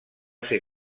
ser